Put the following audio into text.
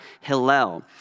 Hillel